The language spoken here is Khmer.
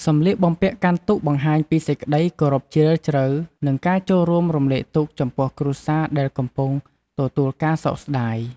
សម្លៀកបំពាក់កាន់ទុក្ខបង្ហាញពីសេចក្ដីគោរពជ្រាលជ្រៅ និងការចូលរួមរំលែកទុក្ខចំពោះគ្រួសារដែលកំពុងទទួលការសោកស្តាយ។